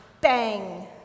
bang